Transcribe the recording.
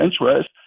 interest